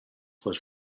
was